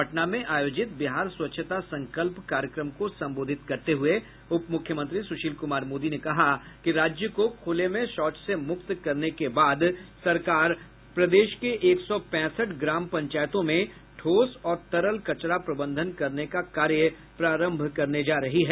पटना में आयोजित बिहार स्वच्छता संकल्प कार्यक्रम को संबोधित करते हुए उप मुख्यमंत्री सुशील कुमार मोदी ने कहा कि राज्य को खुले में शौच से मुक्त करने के बाद सरकार प्रदेश के एक सौ पैंसठ ग्राम पंचायतों में ठोस और तरल कचरा प्रबंधन करने का कार्य प्रारंभ करने जा रही है